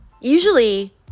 Usually